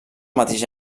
mateix